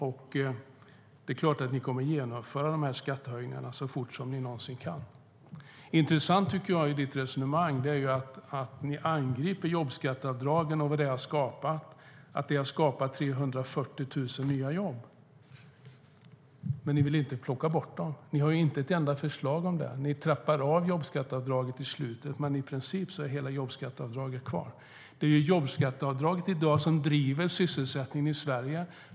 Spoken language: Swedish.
Och det är klart att ni kommer att genomföra de här skattehöjningarna så fort som ni någonsin kan. Det är jobbskatteavdraget som i dag driver sysselsättningen i Sverige.